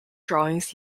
drawings